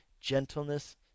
gentleness